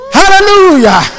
hallelujah